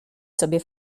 sobie